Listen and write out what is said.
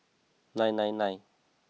nine nine nine